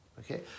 okay